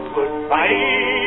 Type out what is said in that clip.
Goodbye